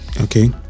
okay